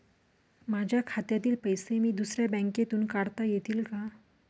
माझ्या खात्यातील पैसे मी दुसऱ्या बँकेतून काढता येतील का?